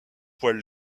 poils